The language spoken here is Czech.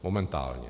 Momentálně.